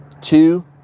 two